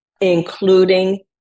including